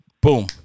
Boom